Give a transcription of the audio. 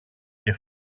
και